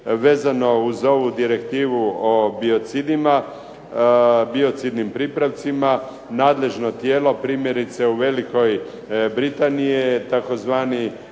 vezano uz ovu Direktivnim o biocidnim pripravcima nadležno tijelo primjerice je u Velikoj Britaniji tzv.